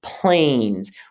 Planes